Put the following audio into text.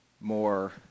more